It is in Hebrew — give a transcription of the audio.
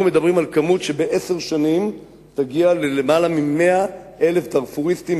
אנחנו מדברים על מספר שבעשר שנים יגיע ללמעלה מ-100,000 דארפוריסטים,